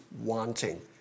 wanting